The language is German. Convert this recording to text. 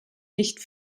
nicht